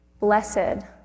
Blessed